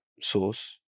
source